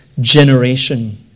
generation